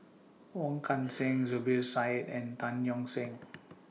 Wong Kan Seng Zubir Said and Tan Yeok Seong